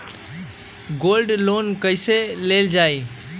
Gold loan कईसे लेल जाहु?